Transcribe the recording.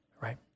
right